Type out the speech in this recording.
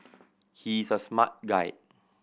he is a smart guy